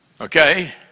okay